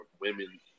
women